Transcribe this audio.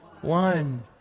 one